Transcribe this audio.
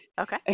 Okay